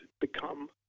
become